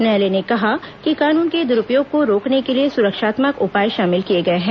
न्यायालय ने कहा कि कानून के दुरूपयोग को रोकने के लिए सुरक्षात्मक उपाय शामिल किये गए हैं